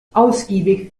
ausgiebig